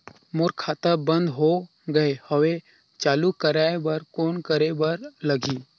मोर खाता बंद हो गे हवय चालू कराय बर कौन करे बर लगही?